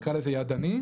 נקרא לזה, ידני.